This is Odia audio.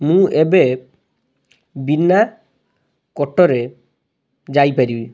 ମୁଁ ଏବେ ବିନା କୋର୍ଟ୍ରେ ଯାଇ ପାରିବି